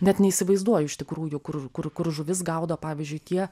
net neįsivaizduoju iš tikrųjų kur kur kur žuvis gaudo pavyzdžiui tie